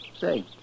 Say